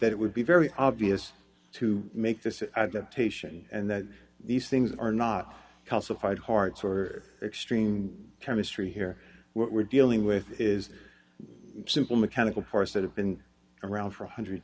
that it would be very obvious to make this adaptation and that these things are not calcified hearts or extreme chemistry here we're dealing with is simple mechanical parts that have been around for a one hundred